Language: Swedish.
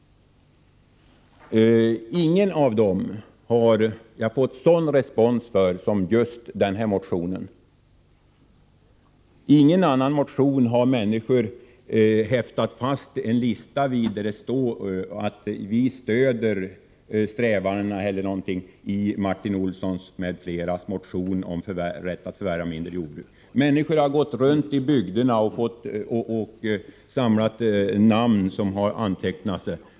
Ingen av dem har jag fått sådan respons för som just den här motionen. Man har vid motionen häftat fast listor, där det står att man stöder strävandena i Martin Olssons m.fl. motion om rätt att förvärva mindre jordbruk. Människor har gått runt i bygderna och samlat underskrifter.